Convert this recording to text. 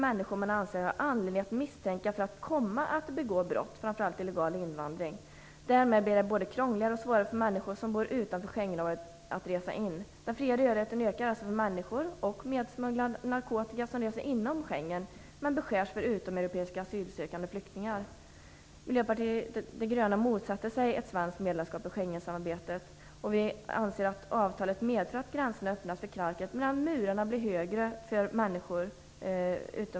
Därmed blir det både krångligare och svårare för människor som bor utanför Schengenområdet att resa in. Den fria rörligheten inom Schengen ökar alltså för människor och smugglad narkotika men beskärs för utomeuropeiska asylsökande flyktingar. Miljöpartiet de gröna motsätter sig ett svenskt medlemskap i Schengensamarbetet.